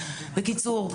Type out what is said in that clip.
בקיצור,